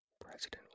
President